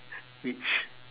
which